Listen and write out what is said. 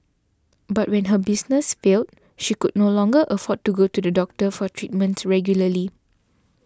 but when her business failed she could no longer afford to go to the doctor for treatments regularly